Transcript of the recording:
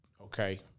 okay